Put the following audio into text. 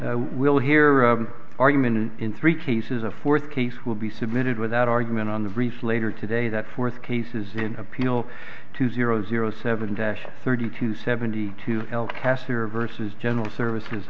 we'll hear argument in three cases a fourth case will be submitted without argument on the brief later today that fourth cases in appeal to zero zero seven dash thirty two seventy two el castor versus general services